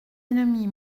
ennemis